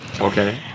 Okay